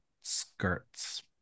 skirts